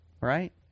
right